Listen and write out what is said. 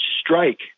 strike